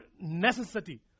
necessity